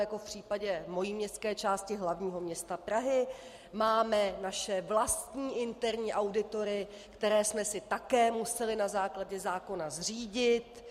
Jako v případě mojí městské části hlavního města Prahy máme naše vlastní interní auditory, které jsme si také museli na základě zákona zřídit.